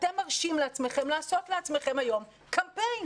משרד החינוך אתם מרשים לעצמכם לעשות לעצמכם היום קמפיין?